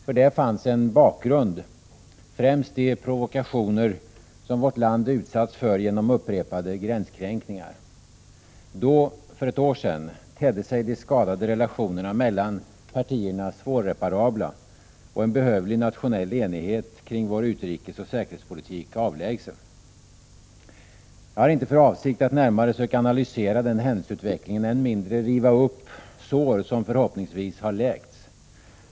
För det fanns en bakgrund, främst de provokationer som vårt land utsatts för genom upprepade gränskränkningar. Då — för ett år sedan — tedde sig de skadade relationerna mellan partierna svårreparabla och en behövlig nationell enighet kring vår utrikesoch säkerhetspolitik avlägsen. Jag har inte för avsikt att närmare söka analysera den händelseutvecklingen och än mindre riva upp sår som förhoppningsvis har läkts.